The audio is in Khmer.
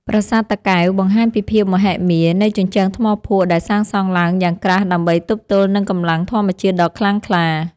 ប្រាសាទតាកែវបង្ហាញពីភាពមហិមានៃជញ្ជាំងថ្មភក់ដែលសាងសង់ឡើងយ៉ាងក្រាស់ដើម្បីទប់ទល់នឹងកម្លាំងធម្មជាតិដ៏ខ្លាំងក្លា។